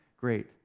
great